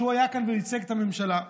שהיה כאן וייצג את הממשלה,